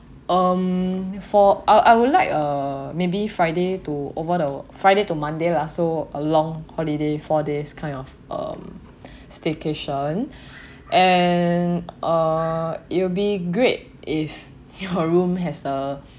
um for I I would like a maybe friday to over the friday to monday lah so along holiday four days kind of um staycation and uh it will be great if your room has a